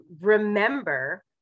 remember